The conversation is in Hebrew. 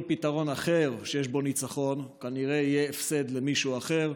כל פתרון אחר שיש בו ניצחון כנראה יהיה הפסד למישהו אחר.